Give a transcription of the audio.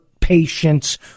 patience